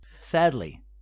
Sadly